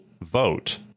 vote